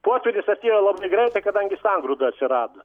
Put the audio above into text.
potvynis atėjo labai greitai kadangi sangrūda atsirado